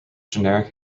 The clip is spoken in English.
generic